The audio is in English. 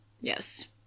yes